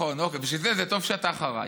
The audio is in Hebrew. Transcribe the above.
בשביל זה זה טוב שאתה אחריי.